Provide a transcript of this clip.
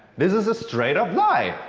this is a straight up lie.